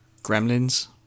Gremlins